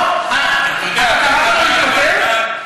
לא דיברתי אתו,